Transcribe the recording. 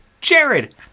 Jared